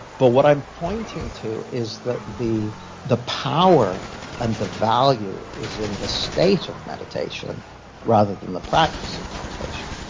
but what i'm pointing to is that the the power and the value is in the state of meditation rather than the practice of meditation.